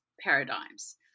paradigms